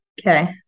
okay